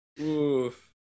Oof